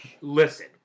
listen